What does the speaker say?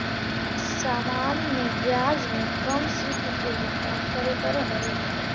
सामान्य ब्याज में कम शुल्क के भुगतान करे पड़ऽ हई